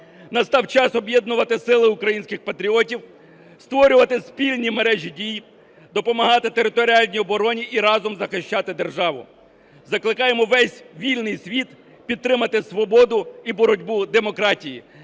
Настав час об'єднувати сили українських патріотів, створювати спільні мережі дій, допомагати територіальній обороні і разом захищати державу. Закликаємо весь вільний світ підтримати свободу і боротьбу демократії."